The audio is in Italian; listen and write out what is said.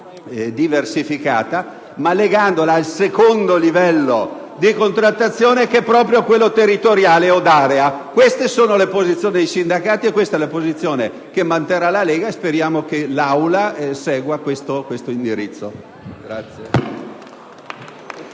diversificata, ma favorevoli se legata al secondo livello di contrattazione, che è proprio quello territoriale o d'area. Queste sono le posizioni dei sindacati e questa è la posizione che manterrà la Lega; e speriamo che l'Assemblea segua questo indirizzo.